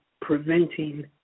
preventing